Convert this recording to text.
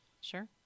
Sure